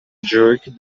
jerk